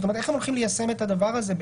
איך הם הולכים ליישם את הדבר הזה,